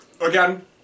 Again